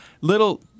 little